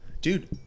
dude